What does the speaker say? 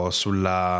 sulla